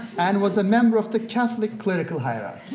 and was a member of the catholic clerical hierarchy.